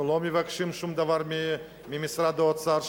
אנחנו לא מבקשים שום דבר ממשרד האוצר,